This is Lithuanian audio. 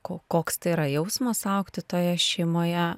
ko koks tai yra jausmas augti toje šeimoje